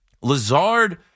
Lazard